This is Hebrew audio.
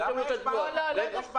יש בעיה.